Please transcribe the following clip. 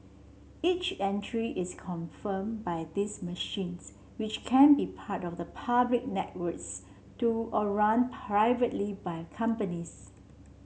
each entry is confirmed by these machines which can be part of the public networks do or run privately by companies